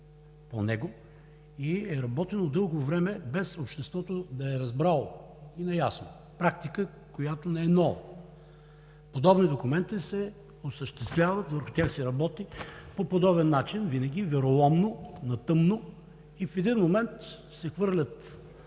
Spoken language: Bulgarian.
по него и е работено дълго време без обществото да е разбрало и да е наясно – практика, която не е нова. Подобни документи се осъществяват, върху тях се работи по подобен начин – винаги вероломно, на тъмно, и в един момент се хвърлят